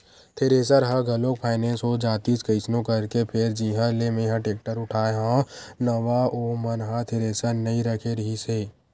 thresher ह घलोक finance हो जातिस कइसनो करके फेर जिहाँ ले मेंहा टेक्टर उठाय हव नवा ओ मन ह थेरेसर नइ रखे रिहिस हे